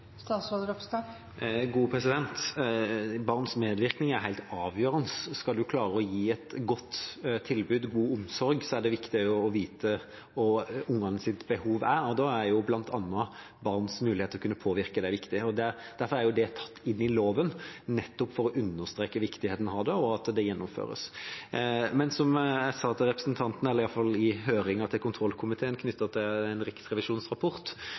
Barns medvirkning er helt avgjørende. Skal man klare å gi et godt tilbud og god omsorg, er det viktig å vite hva barnas behov er, og da er bl.a. barns mulighet til å kunne påvirke viktig. Derfor er det tatt inn i loven, nettopp for å understreke viktigheten av det, og at det gjennomføres. Men som jeg sa til representanten, eller iallfall i høringen til kontrollkomiteen knyttet til